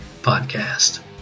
Podcast